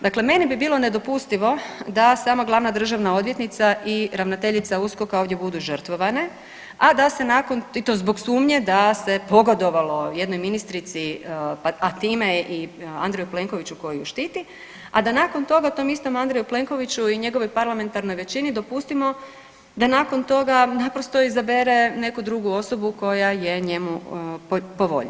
Dakle, meni bi bilo nedopustivo da sama glavna državna odvjetnica i ravnateljica USKOK-a ovdje budu žrtvovane, a da se nakon i to zbog sumnje da se pogodovalo jednoj ministrici, a time i Andreju Plenkoviću koji ju štiti, a da nakon toga tom istom Andreju Plenkoviću i njegovoj parlamentarnoj većini dopustimo da nakon toga naprosto izabere neku drugu osobu koja je njemu po volji.